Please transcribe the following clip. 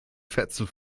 fetzen